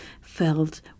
felt